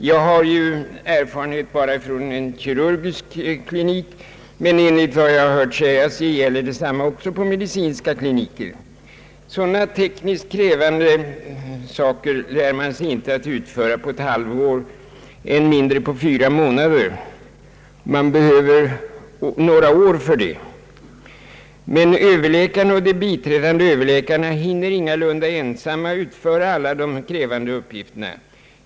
Jag har ju erfarenhet bara från kirurgisk klinik, men enligt vad jag hört sägas gäller detsamma också på medicinska kliniker. Sådana tekniskt krävande saker lär man sig inte utföra på ett halvår, än mindre på fyra månader. Man behöver några år för det. Överläkaren och de biträdande överläkarna hinner ingalunda ensamma utföra alla de krävande uppgifterna.